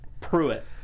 Pruitt